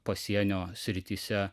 pasienio srityse